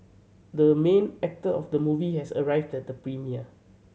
the main actor of the movie has arrived at the premiere